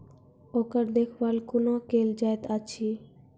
ओकर देखभाल कुना केल जायत अछि?